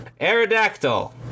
Aerodactyl